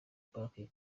parking